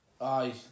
aye